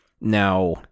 Now